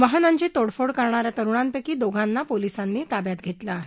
वाहनांची तोडफोड करणाऱ्या तरुणांपैकी दोघांना पोलिसांनी ताब्यात घेतलं आहे